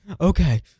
Okay